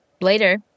later